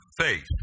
faith